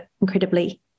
incredibly